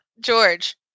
George